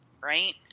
right